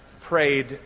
prayed